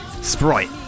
Sprite